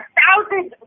thousands